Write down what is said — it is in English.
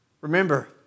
Remember